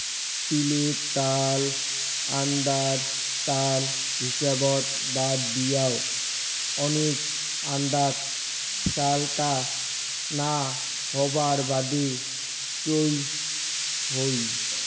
তিলের ত্যাল আন্দার ত্যাল হিসাবত বাদ দিয়াও, ওনেক আন্দাত স্যালটা না হবার বাদে চইল হই